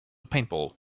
paintball